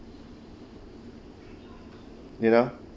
you know